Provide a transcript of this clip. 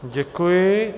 Děkuji.